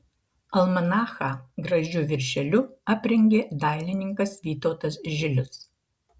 almanachą gražiu viršeliu aprengė dailininkas vytautas žilius